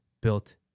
built